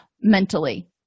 mentally